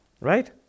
right